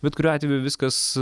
bet kuriuo atveju viskas